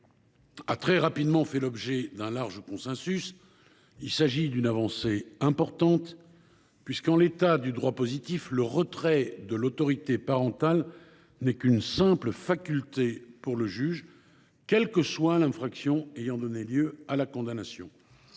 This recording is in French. a très rapidement fait l’objet d’un large consensus en ce qu’il assure une avancée importante. En l’état du droit positif, le retrait de l’autorité parentale n’est qu’une simple faculté pour le juge, quelle que soit l’infraction ayant donné lieu à la condamnation.